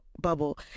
bubble